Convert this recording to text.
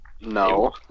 No